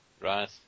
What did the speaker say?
Right